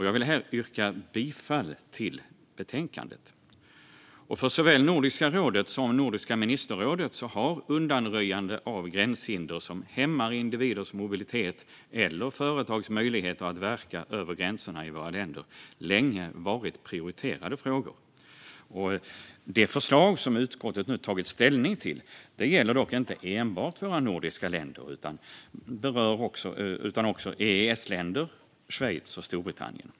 Jag vill yrka bifall till förslaget i betänkandet. För såväl Nordiska rådet som Nordiska ministerrådet har undanröjande av gränshinder som hämmar individers mobilitet eller företags möjligheter att verka över gränserna i våra länder länge varit prioriterade frågor. Det förslag som utskottet nu har tagit ställning till gäller dock inte enbart våra nordiska länder utan berör också EES-länder, Schweiz och Storbritannien.